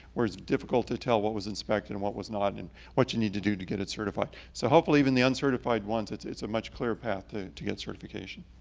where it's difficult to tell what was inspected and what was not, and and what you need to do to get it certified. so hopefully even the uncertified ones, it's it's a much clearer path to to get certification.